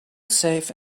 safe